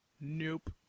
Nope